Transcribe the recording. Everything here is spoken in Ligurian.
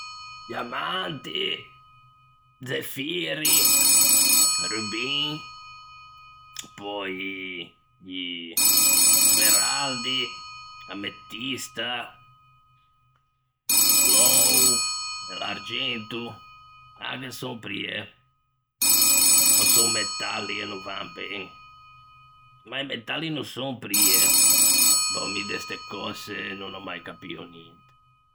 Diamanti, zeffiri, rubin, pöi... i.... smeraldi, ametista.... l'öo e l'argento anche son prie? Ò son metalli e no van ben? Ma i metalli no son prie? Boh, mi de ste cöse no n'ò mai capio ninte...